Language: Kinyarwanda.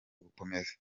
gukomeza